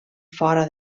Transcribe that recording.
fora